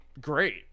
great